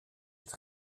het